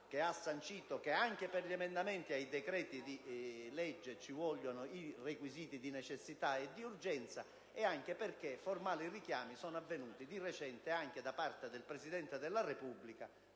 che ha stabilito che anche per gli emendamenti ai decreti-legge sono necessari i requisiti di necessità e urgenza, e anche perché formali richiami sono venuti di recente anche da parte del Presidente della Repubblica